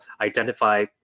identify